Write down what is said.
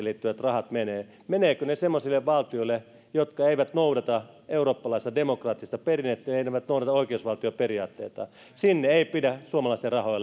liittyvät rahat menevät menevätkö ne semmoisille valtioille jotka eivät noudata eurooppalaista demokraattista perinnettä ja eivät noudata oikeusvaltioperiaatteita sinne ei pidä suomalaisten rahoja